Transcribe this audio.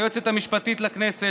היועצת המשפטית לכנסת,